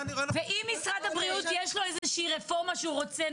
ואם למשרד הבריאות יש רפורמה שהוא רוצה,